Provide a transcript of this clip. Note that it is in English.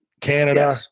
Canada